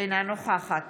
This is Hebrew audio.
אינה נוכחת